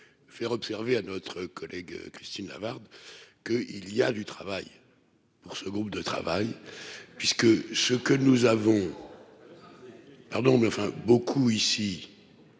faire observer à notre collègue Christine Lavarde que il y a du travail pour ce groupe de travail puisque ce que nous avons, pardon, mais enfin beaucoup ici